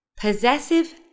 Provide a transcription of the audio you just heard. Possessive